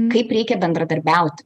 kaip reikia bendradarbiauti